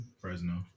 Fresno